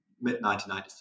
mid-1990s